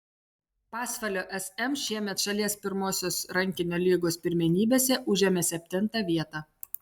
pasvalio sm šiemet šalies pirmosios rankinio lygos pirmenybėse užėmė septintą vietą